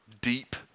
deep